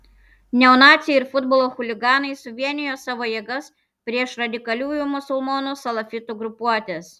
neonaciai ir futbolo chuliganai suvienijo savo jėgas prieš radikaliųjų musulmonų salafitų grupuotes